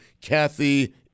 Kathy